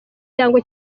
cyangwa